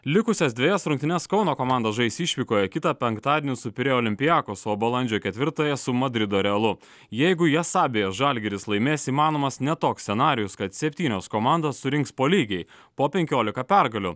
likusias dvejas rungtynes kauno komanda žais išvykoje kitą penktadienį su pirėjo olimpiakos o balandžio ketvirtąją su madrido realu jeigu jas abejas žalgiris laimės įmanomas net toks scenarijus kad septynios komandos surinks po lygiai po penkiolika pergalių